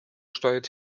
steuert